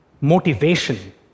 motivation